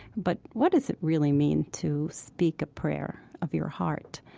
but what does it really mean to speak a prayer of your heart?